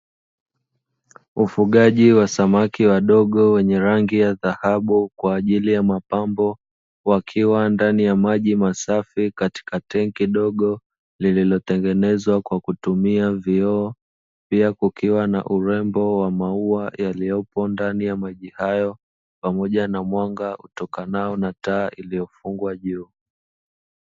Ufugaji wa samaki wadogo wenye rangi ya dhahabu kwa ajili ya mapambo, wakiwa ndani ya maji masafi katika tenki dogo lililotengenezwa kwa kutumia vioo pia kukiwa na urembo wa maua yaliyopo ndani ya maji hayo pamoja na mwanga utokanao na taa iliyofungwa juu.